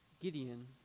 Gideon